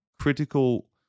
critical